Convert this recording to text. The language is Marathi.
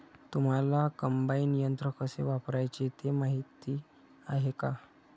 तुम्हांला कम्बाइन यंत्र कसे वापरायचे ते माहीती आहे का?